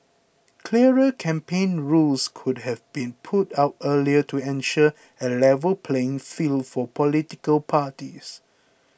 clearer campaign rules could have been put out earlier to ensure a level playing field for political parties